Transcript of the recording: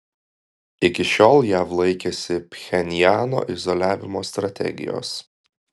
iki šiol jav laikėsi pchenjano izoliavimo strategijos